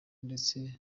ndetse